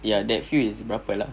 yeah that few is berapa lah